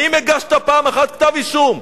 האם הגשת פעם אחת כתב-אישום?